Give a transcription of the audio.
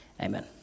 amen